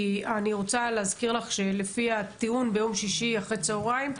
אני רוצה להזכיר לך שלפי הטיעון ביום שישי אחרי צוהריים,